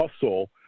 hustle